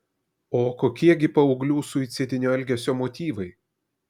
o kokie gi paauglių suicidinio elgesio motyvai